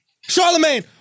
Charlemagne